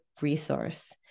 resource